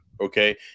okay